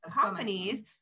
companies